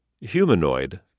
Humanoid